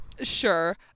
sure